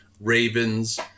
ravens